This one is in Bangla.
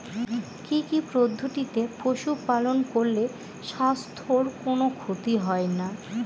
কি কি পদ্ধতিতে পশু পালন করলে স্বাস্থ্যের কোন ক্ষতি হয় না?